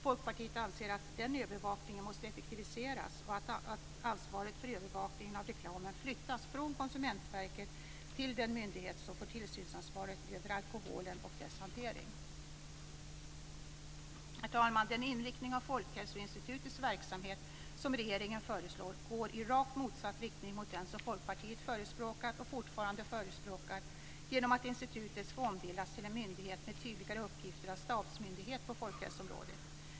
Folkpartiet anser att den övervakningen måste effektiviseras och att ansvaret för övervakningen av reklamen flyttas från Konsumentverket till den myndighet som får tillsynsansvaret över alkoholen och dess hantering. Herr talman! Den inriktning av Folkhälsoinstitutets verksamhet som regeringen föreslår går i rakt motsatt riktning mot den som Folkpartiet förespråkat och fortfarande förespråkar genom att institutet ska ombildas till en myndighet med tydligare uppgifter av stabsmyndighet på folkhälsoområdet.